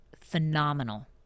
phenomenal